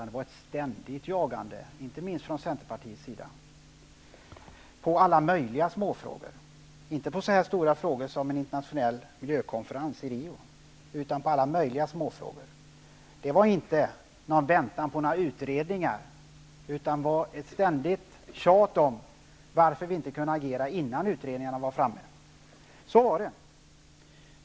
Det var ett ständigt jagande, inte minst från Centerpartiets sida, i alla möjliga småfrågor, inte i så stora frågor som en internationell miljökonferens i Rio, utan i alla möjliga småfrågor. Det var då inte fråga om att oppositionen skulle vänta på några utredningar, utan det var ett ständigt tjat om varför regeringen inte kunde agera innan utredningarna hade lagts fram. Så var det.